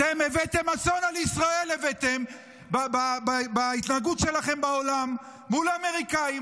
אתם הבאתם אסון על ישראל בהתנהגות שלכם בעולם מול האמריקאים.